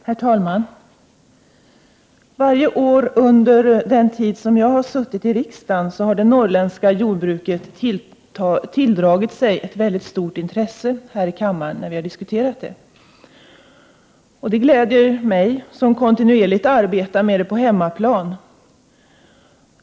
Herr talman! Varje år, under den tid som jag har suttit i riksdagen, har det norrländska jordbruket tilldragit sig ett mycket stort intresse när vi har diskuterat det i kammaren. Det gläder mig, eftersom jag kontinuerligt arbetar med det på hemmaplan.